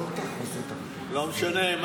לא משנה.